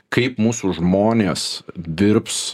kaip mūsų žmonės dirbs